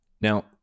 Now